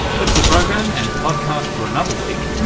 that's the program and podcast for another week.